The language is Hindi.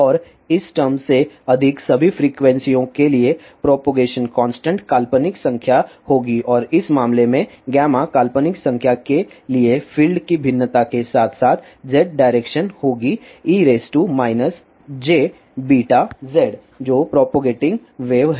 और इस टर्म से अधिक सभी फ्रीक्वेंसीयों के लिए प्रोपगेशन कांस्टेंट काल्पनिक संख्या होगी और इस मामले में काल्पनिक संख्या के लिए फील्ड की भिन्नता के साथ साथ z डायरेक्शन होगी e jβz जो प्रोपगेटिंग वेव है